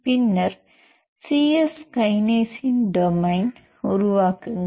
பின்னர் C S கைனேஸின் domain உருவாக்குங்கள்